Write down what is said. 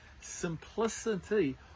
simplicity